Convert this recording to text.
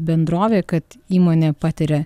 bendrovė kad įmonė patiria